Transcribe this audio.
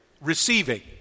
Receiving